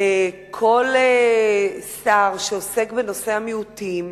לכל שר שעוסק בנושא המיעוטים